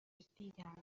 دزدیدند